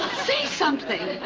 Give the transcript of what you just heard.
say something.